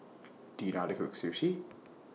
Do YOU know How to Cook Sushi